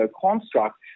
construct